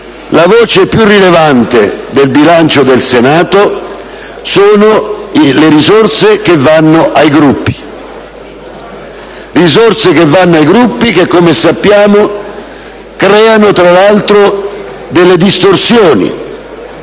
la voce più rilevante del bilancio del Senato sono le risorse che vanno ai Gruppi, risorse che come sappiamo creano, tra l'altro, delle distorsioni,